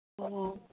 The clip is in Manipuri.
ꯑꯣ